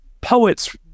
poets